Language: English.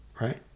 right